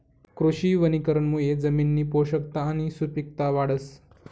कृषी वनीकरणमुये जमिननी पोषकता आणि सुपिकता वाढस